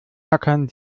tackern